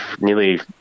nearly